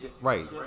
right